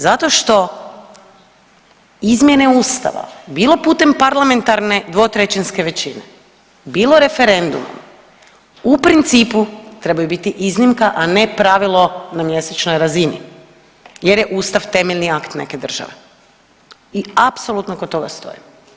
Zato što izmjene Ustava, bilo putem parlamentarne dvotrećinske većine, bilo referendumom, u principu trebaju biti iznimka, a ne pravilo na mjesečnoj razini jer je Ustav temeljni akt neke države i apsolutno kod toga stojim.